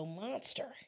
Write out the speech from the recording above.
monster